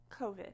COVID